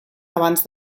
abans